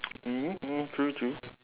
mm mm true true